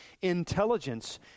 intelligence